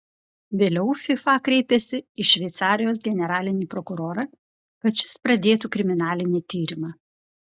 vėliau fifa kreipėsi į šveicarijos generalinį prokurorą kad šis pradėtų kriminalinį tyrimą